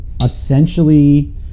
essentially